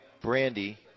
brandy